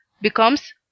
becomes